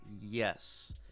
yes